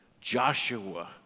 Joshua